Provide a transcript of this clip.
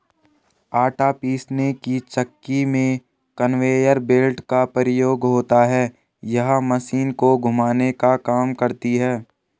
आटा पीसने की चक्की में कन्वेयर बेल्ट का प्रयोग होता है यह मशीन को घुमाने का काम करती है